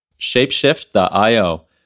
Shapeshift.io